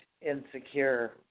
insecure